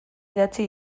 idatzi